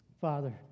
Father